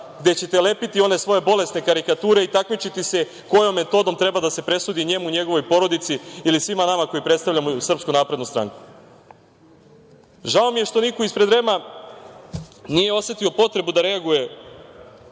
gde ćete lepiti one svoje bolesne karikature i takmičiti se kojom metodom treba da se presudi njemu, njegovoj porodici, ili svima nama koji predstavljamo SNS.Žao mi je što niko ispred REM-a nije osetio potrebu da reaguje